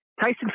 Tyson